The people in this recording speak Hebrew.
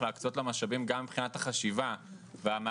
להקצות לו משאבים גם מבחינת החשיבה והמערכתיות.